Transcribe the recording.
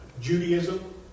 Judaism